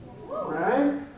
Right